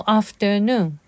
afternoon